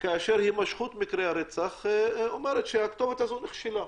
כאשר הימשכות מקרי הרצח אומרת שהכתובת הזו נכשלה.